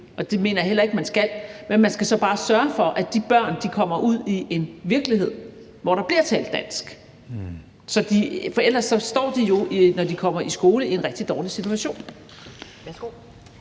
det mener jeg heller ikke man skal, men man skal så bare sørge for, at de børn kommer ud i en virkelighed, hvor der bliver talt dansk, for ellers står de jo, når de kommer i skole, i en rigtig dårlig situation.